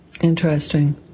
Interesting